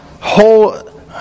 whole